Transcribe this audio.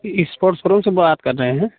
sport showroom से बात कर रहे हैं